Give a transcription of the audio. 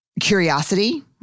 curiosity